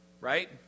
Right